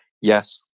yes